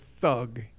thug